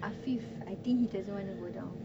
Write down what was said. affif I think he doesn't want to go down